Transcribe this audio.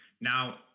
Now